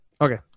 Okay